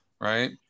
Right